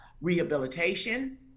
rehabilitation